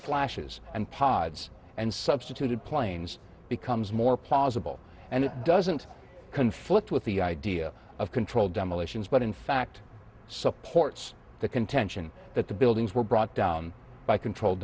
flashes and pods and substituted planes becomes more plausible and it doesn't conflict with the idea of controlled demolitions but in fact supports the contention that the buildings were brought down by controlled